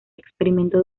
experimentó